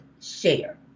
share